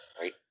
Right